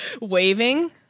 waving